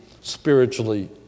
spiritually